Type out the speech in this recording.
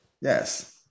Yes